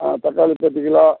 ஆ தக்காளி பத்துக்கிலோ